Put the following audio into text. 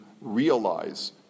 realize